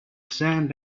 sand